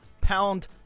pound